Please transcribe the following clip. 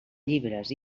llibres